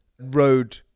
road